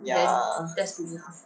ya